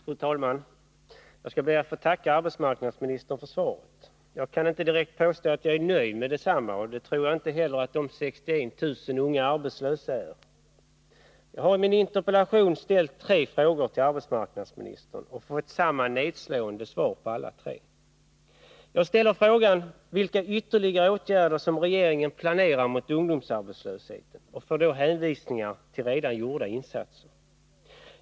Fru talman! Jag skall be att få tacka arbetsmarknadsministern för svaret. Jag kan inte direkt påstå att jag är nöjd med detsamma, och det tror jag inte heller att de 61 000 unga arbetslösa är. Jag har i min interpellation ställt tre frågor till arbetsmarknadsministern och fått samma nedslående svar på alla tre. Jag ställer frågan vilka ytterligare åtgärder som regeringen planerar mot ungdomsarbetslösheten och får då hänvisningar till redan gjorda insatser.